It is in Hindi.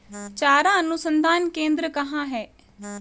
चारा अनुसंधान केंद्र कहाँ है?